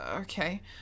Okay